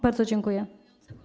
Bardzo dziękuję.